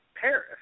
Paris